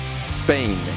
Spain